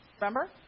Remember